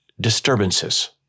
disturbances